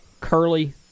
curly